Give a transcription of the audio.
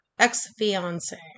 ex-fiance